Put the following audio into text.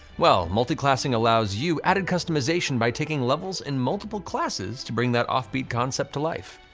well, multiclassing allows you added customization by taking levels in multiple classes to bring that offbeat concept to life.